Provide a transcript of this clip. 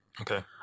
Okay